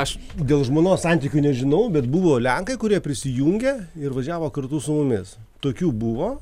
aš dėl žmonos santykių nežinau bet buvo lenkai kurie prisijungė ir važiavo kartu su mumis tokių buvo